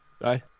Bye